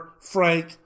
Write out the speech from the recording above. Frank